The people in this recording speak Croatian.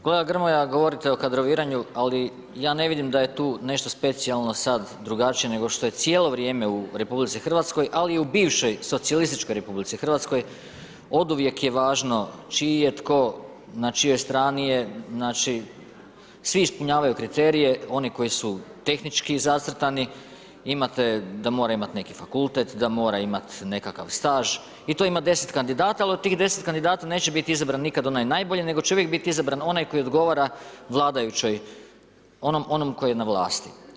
Kolega Grmoja, govorite o kadroviranju ali ja ne vidim da je tu nešto specijalno sad drugačije nego što je cijelo vrijeme u RH ali i u bivšoj socijalističkoj RH, oduvijek je važno čiji je tko, na čijoj strani je, znači, svi ispunjavaju kriterije, one koji su tehnički zacrtani , imate da moraju imati neki fakultet, da mora imati nekakav staž i tu je ima 10 kandidata, ali od tih 10 kandidata neće biti izabran nikad onaj najbolji nego će uvijek biti izabran onaj koji odgovara vladajućoj, onom tko je na vlasti.